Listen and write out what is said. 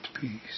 peace